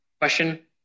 question